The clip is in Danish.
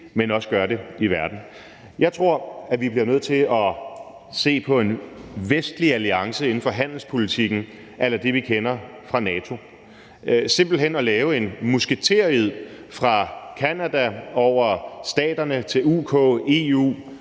men også gør det i verden. Jeg tror, at vi bliver nødt til at se på en vestlig alliance inden for handelspolitikken a la det, vi kender fra NATO, og simpelt hen lave en musketered fra Canada over Staterne til UK, EU,